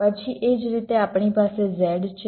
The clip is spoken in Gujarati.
પછી એ જ રીતે આપણી પાસે z છે